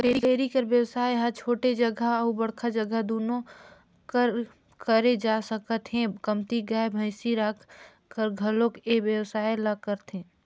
dairy कर बेवसाय ह छोटे जघा अउ बड़का जघा दूनो म करे जा सकत हे, कमती गाय, भइसी राखकर घलोक ए बेवसाय ल करथे